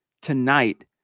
tonight